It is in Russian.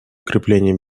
укрепление